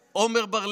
ועמר בר לב,